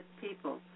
people